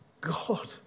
God